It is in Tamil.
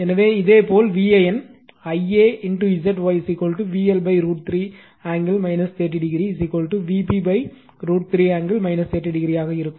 எனவே இதேபோல் VAN Ia Zy VL √ 3 angle 30 o Vp √ 3 angle 30 o ஆக இருக்கும்